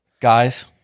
guys